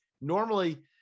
normally